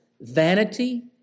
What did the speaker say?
vanity